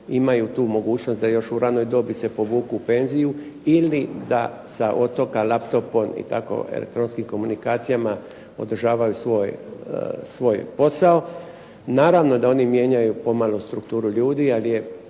imaju tu mogućnost da još u ranoj dobi se povuku u penziju, ili da sa otoka laptopom i tako, elektronskim komunikacijama održavaju svoj posao. Naravno da oni mijenjaju pomalo strukturu ljudi, a i